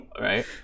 Right